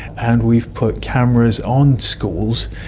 and we've put cameras on schools,